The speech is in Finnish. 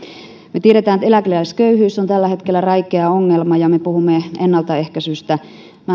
me tiedämme että eläkeläisköyhyys on tällä hetkellä räikeä ongelma ja me puhumme ennaltaehkäisystä